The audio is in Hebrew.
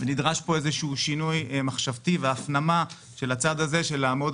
ונדרש פה איזשהו שינוי מחשבתי והפנמה של הצד הזה של לעמוד